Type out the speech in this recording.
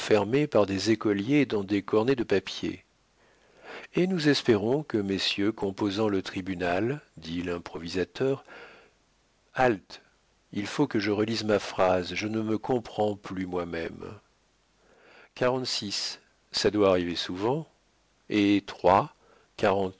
par des écoliers dans des cornets de papier et nous espérons que messieurs composant le tribunal dit l'improvisateur halte il faut que je relise ma phrase je ne me comprends plus moi-même quarante-six ça doit arriver souvent et trois